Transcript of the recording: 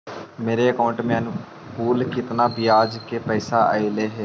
मेरे अकाउंट में अनुकुल केतना बियाज के पैसा अलैयहे?